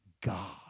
God